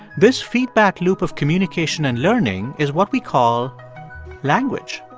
this feedback loop of communication and learning is what we call language